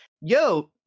yo